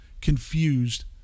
confused